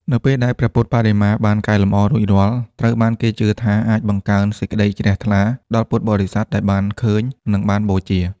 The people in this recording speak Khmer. នៅពេលដែលព្រះពុទ្ធបដិមាបានកែលម្អរួចរាល់ ត្រូវបានគេជឿថាអាចបង្កើនសេចក្តីជ្រះថ្លា ដល់ពុទ្ធបរិស័ទដែលបានឃើញ និងបានបូជា។